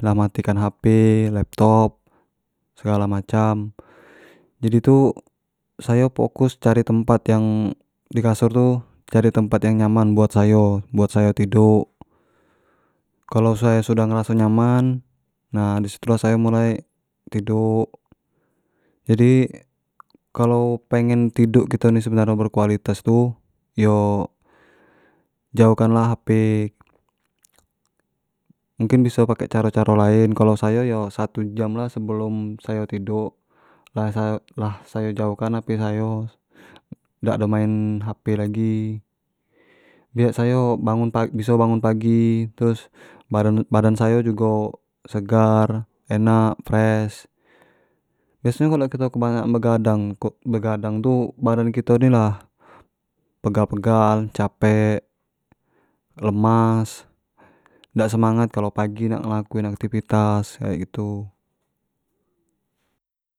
lah mati kan hp, laptop segalo macam jadi tu sayo fokus cari tempat yang dikasur tu cari tempat yang nyaman buat sayo-buat sayo tiduk kalo sayo sudah meraso nyaman nah di situ lah sayo mulai tiduk, jadi kalo pengen tiduk kito ni sebenar nyo berkualitas tu, iyo jauh kan lah hp mungkin biso pake caro caro lain kalo sayo yo satu jam lah sebleum sayo tiduk lah sayo jauhkan hp sayo dak do main hp lagi biak sayo bangun pagi biso bangun pagi, terus badan badan sayo jugo segar, enak, fresh. Biaso nyo kalo kito banyak begadang begadang tu badan kito ni lah pegal pegal, capek, lemas dak semangat kalo pagi nak ngelakuin aktivitas kayak gitu.